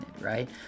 right